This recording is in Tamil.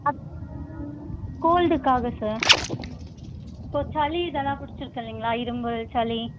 அப் கோல்டுக்காக சார் இப்போ சளி இதெல்லாம் பிடிச்சிருக்கு இல்லைங்களா இருமல் சளி